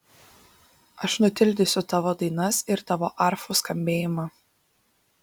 aš nutildysiu tavo dainas ir tavo arfų skambėjimą